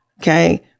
okay